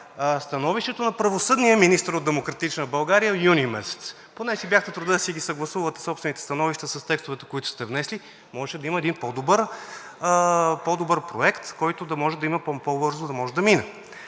становището на правосъдния министър от „Демократична България“ от юни месец. Поне да си бяхте дали труда да съгласувате собствените си становища с текстовете, които сте внесли. Можеше да има един по-добър проект, който по-бързо да може да мине.